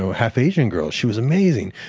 half asian girl. she was amazing.